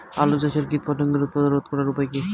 আলু চাষের কীটপতঙ্গের উৎপাত রোধ করার উপায় কী?